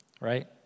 Right